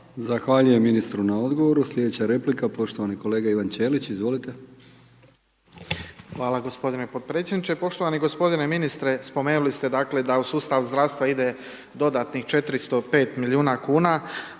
Zahvaljujem ministru na odgovoru. Sljedeća replika poštovani kolega Ivan Ćelić, izvolite. **Ćelić, Ivan (HDZ)** Hvala g. potpredsjedniče. Poštovani g. ministre, spomenuli ste dakle, da u sustav zdravstva ide dodatnih 405 milijuna kn,